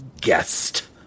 guest